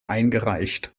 eingereicht